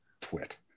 twit